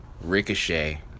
Ricochet